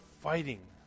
fighting